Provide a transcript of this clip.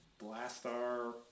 Blastar